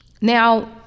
Now